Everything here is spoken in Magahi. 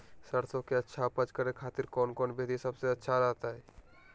सरसों के अच्छा उपज करे खातिर कौन कौन विधि सबसे अच्छा रहतय?